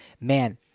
man